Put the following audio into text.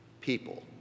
People